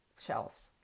shelves